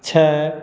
छओ